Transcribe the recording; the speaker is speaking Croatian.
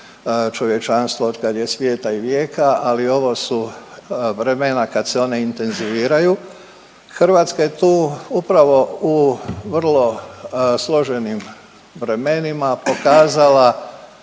čovječanstvo od kad je svijeta i vijeka, ali ovo su vremena kad se one intenziviraju. Hrvatska je tu upravo u vrlo složenim vremenima pokazala